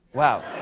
wow.